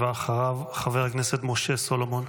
ואחריו, חבר הכנסת משה סולומון.